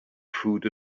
food